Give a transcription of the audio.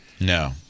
No